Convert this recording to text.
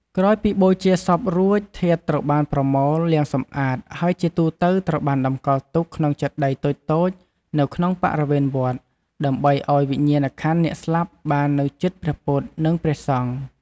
ក្រោយពីបូជាសពរួច ធាតុត្រូវបានប្រមូល លាងសម្អាត ហើយជាទូទៅត្រូវបានតម្កល់ទុកក្នុងចេតិយតូចៗនៅក្នុងបរិវេណវត្ត ដើម្បីឱ្យវិញ្ញាណក្ខន្ធអ្នកស្លាប់បាននៅជិតព្រះពុទ្ធ និងព្រះសង្ឃ។